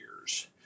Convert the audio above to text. years